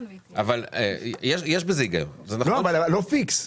אבל לא פיקס.